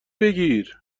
بگیر